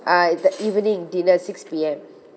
uh it's the evening dinner six P_M